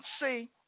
see